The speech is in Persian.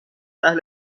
اهل